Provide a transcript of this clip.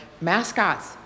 mascots